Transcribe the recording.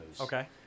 Okay